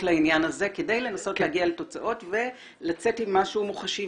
לעניין הזה כדי לנסות להגיע לתוצאות ולצאת עם משהו מוחשי,